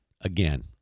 again